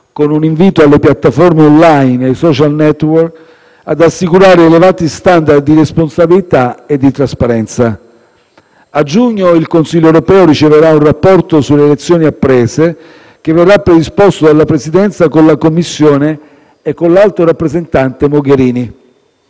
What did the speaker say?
con un invito alle piattaforme *on line* e ai *social network* ad assicurare elevati *standard* di responsabilità e di trasparenza. A giugno il Consiglio europeo riceverà un rapporto sulle elezioni apprese, che verrà predisposto dalla Presidenza con la Commissione e con l'alto rappresentante dell'Unione